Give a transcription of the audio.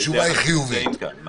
ולזה אנחנו נמצאים כאן.